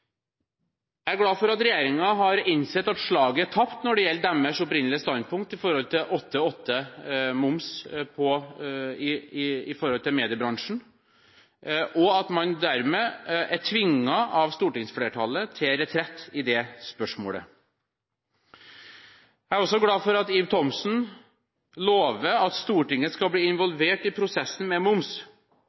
Jeg er glad for at regjeringen har innsett at slaget er tapt når det gjelder deres opprinnelige standpunkt om 8–8-moms for mediebransjen, og at man dermed er tvunget av stortingsflertallet til retrett i det spørsmålet. Jeg er også glad for at Ib Thomsen lover at Stortinget skal bli involvert i prosessen med moms.